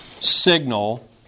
signal